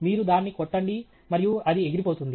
మీరు దాన్ని కొట్టండి మరియు అది ఎగిరిపోతుంది